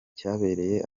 cyabereye